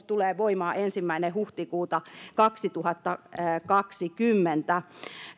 tulee voimaan ensimmäinen huhtikuuta kaksituhattakaksikymmentä